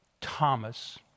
Thomas